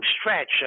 stretch